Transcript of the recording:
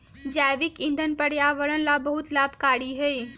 जैविक ईंधन पर्यावरण ला बहुत लाभकारी हई